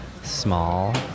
small